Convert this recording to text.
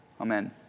Amen